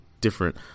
different